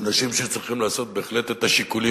אנשים שצריכים לעשות בהחלט את השיקולים